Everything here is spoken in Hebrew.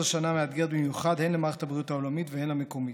זו שנה מאתגרת במיוחד הן למערכת הבריאות העולמית והן למקומית.